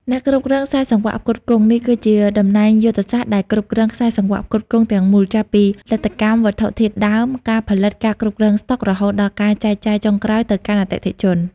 អ្នកគ្រប់គ្រងខ្សែសង្វាក់ផ្គត់ផ្គង់ នេះគឺជាតំណែងយុទ្ធសាស្ត្រដែលគ្រប់គ្រងខ្សែសង្វាក់ផ្គត់ផ្គង់ទាំងមូល ចាប់ពីលទ្ធកម្ម វត្ថុធាតុដើម ការផលិត ការគ្រប់គ្រងស្តុក រហូតដល់ការចែកចាយចុងក្រោយទៅកាន់អតិថិជន។